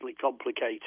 complicated